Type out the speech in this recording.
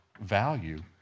value